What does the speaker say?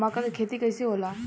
मका के खेती कइसे होला?